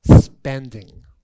spending